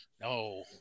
no